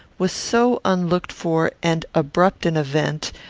was so unlooked-for and abrupt an event,